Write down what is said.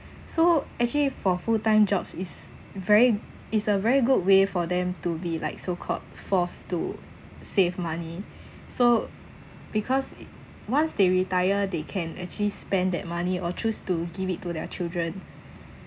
so actually for full time jobs is very is a very good way for them to be like so called forced to save money so because once they retire they can actually spend that money or choose to give it to their children